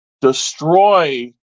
destroy